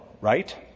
right